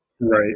Right